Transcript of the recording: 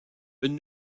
une